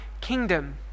kingdom